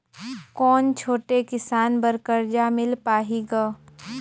कौन छोटे किसान बर कर्जा मिल पाही ग?